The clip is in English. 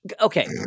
Okay